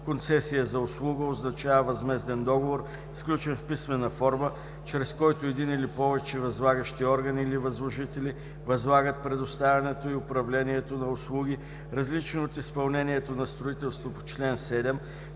„Концесия за услуги“ означава възмезден договор, сключен в писмена форма, чрез който един или повече възлагащи органи или възложители възлагат предоставянето и управлението на услуги, различни от изпълнението на строителство по чл. 7,